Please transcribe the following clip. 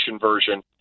version